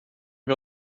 wir